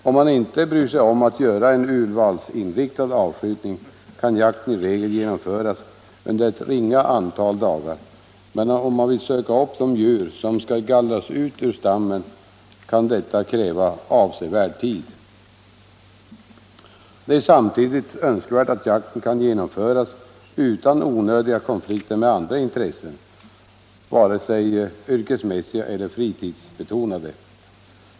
Om man inte bryr sig om att göra en urvalsinriktad avskjutning, kan jakten i regel genomföras under ett ringa antal dagar, men om man vill söka upp de djur, som skall gallras ut ur stammen, kan detta kräva avsevärd tid. Det är samtidigt önskvärt att jakten kan genomföras utan onödiga konflikter med andra intressen, vare sig yrkesmässiga eller fritidsbetonade.